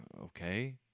okay